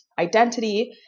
identity